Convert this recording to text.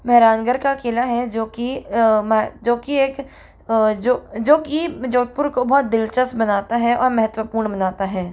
मेहरानगढ़ का किला है जो कि जो कि एक जो जो कि जोधपुर को बहुत दिलचस्प बनाता है और महत्वपूर्ण बनाता है